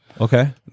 Okay